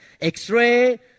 x-ray